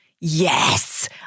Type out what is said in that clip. Yes